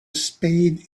spade